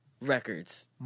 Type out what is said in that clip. Records